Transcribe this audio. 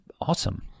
awesome